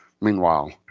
Meanwhile